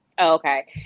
Okay